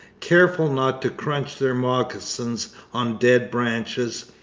careful not to crunch their moccasins on dead branches,